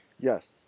Yes